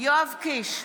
יואב קיש,